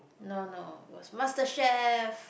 no no it was Masterchef